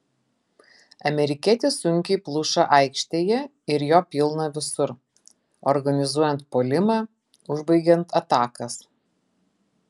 amerikietis sunkiai pluša aikštėje ir jo pilna visur organizuojant puolimą užbaigiant atakas